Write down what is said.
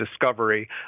discovery